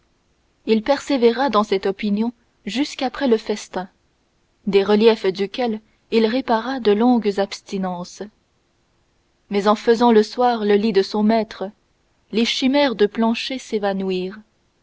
il persévéra dans cette opinion jusqu'après le festin des reliefs duquel il répara de longues abstinences mais en faisant le soir le lit de son maître les chimères de planchet s'évanouirent